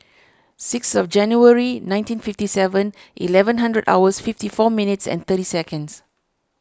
sixth January nineteen fifty Seven Eleven hundred hours fifty four minutes and thirty seconds